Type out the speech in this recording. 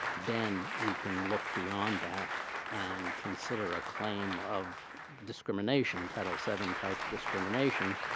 then we can look beyond that and consider a claim of discrimination, title seven type discrimination,